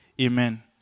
Amen